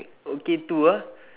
okay two ah